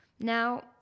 Now